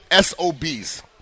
SOBs